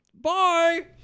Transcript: Bye